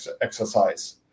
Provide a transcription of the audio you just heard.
exercise